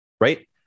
right